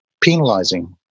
penalizing